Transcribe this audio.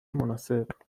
مناسب